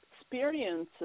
experiences